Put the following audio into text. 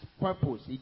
purpose